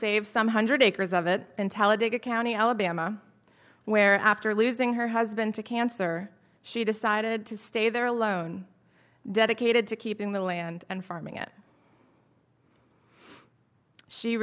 save some hundred acres of it intelligent a county alabama where after losing her husband to cancer she decided to stay there alone dedicated to keeping the land and farming it she